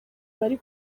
bari